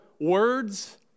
words